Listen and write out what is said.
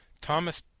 Thomas